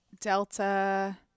delta